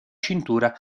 cintura